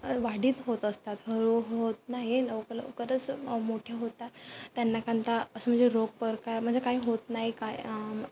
वाढित होत असतात हळूहळू होत नाही लवकर लवकरच मोठे होतात त्यांना कांता असं म्हणजे रोग प्रकार म्हणजे काही होत नाही काय